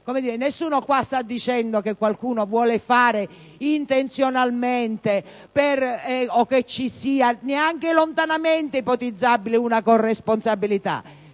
nessuno sta dicendo che qualcuno vuole agire intenzionalmente o che ci sia - neanche lontanamente è ipotizzabile - una corresponsabilità.